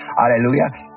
hallelujah